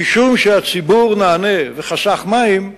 שמשום שהציבור נענה וחסך מים,